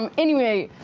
um anyway.